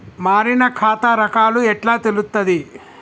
మారిన ఖాతా రకాలు ఎట్లా తెలుత్తది?